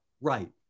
Right